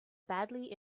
badly